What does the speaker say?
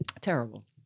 Terrible